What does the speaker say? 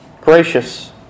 gracious